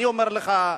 אני אומר לך,